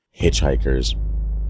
hitchhikers